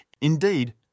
Indeed